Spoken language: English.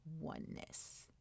oneness